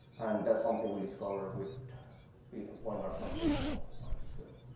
and that's something we discover with imploring our computational microscope.